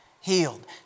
healed